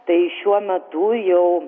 tai šiuo metu jau